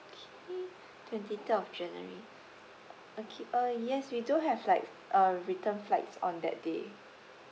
okay twenty third of january okay uh yes we do have like uh return flights on that day